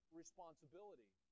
responsibility